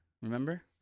Remember